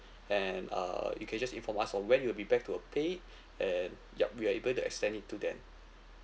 and uh you can just inform us on when you will be back to uh pay and yup we are able to extend it till then